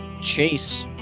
chase